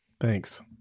Thanks